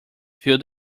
fill